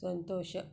ಸಂತೋಷ